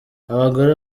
abagore